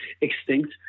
extinct